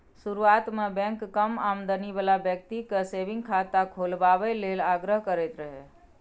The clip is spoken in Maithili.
शुरुआत मे बैंक कम आमदनी बला बेकती केँ सेबिंग खाता खोलबाबए लेल आग्रह करैत रहय